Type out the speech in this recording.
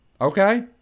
Okay